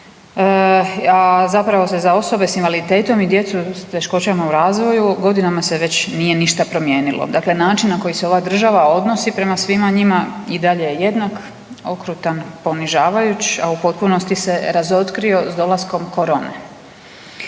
a zapravo se za osobe s invaliditetom i djecu s teškoćama u razvoju godinama se već nije ništa promijenilo. Dakle, način na koji se ova država odnosi prema svima njima i dalje je jednak, okrutan, ponižavajuć, a u potpunosti se razotkrio s dolaskom korone.